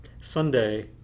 sunday